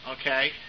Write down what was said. okay